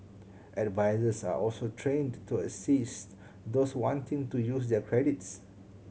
advisers are also trained to assist those wanting to use their credits